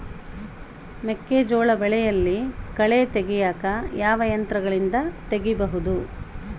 ಮೆಕ್ಕೆಜೋಳ ಬೆಳೆಯಲ್ಲಿ ಕಳೆ ತೆಗಿಯಾಕ ಯಾವ ಯಂತ್ರಗಳಿಂದ ತೆಗಿಬಹುದು?